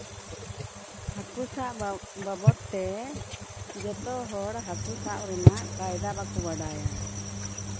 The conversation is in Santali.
ᱦᱟᱹᱠᱩ ᱥᱟᱵ ᱵᱟᱵᱚᱫ ᱛᱮ ᱡᱚᱛᱚ ᱦᱚᱲ ᱦᱟᱹᱠᱩ ᱥᱟᱵ ᱨᱮᱱᱟᱜ ᱠᱟᱭᱫᱟ ᱵᱟᱠᱚ ᱵᱟᱰᱟᱭᱟ